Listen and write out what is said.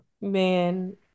man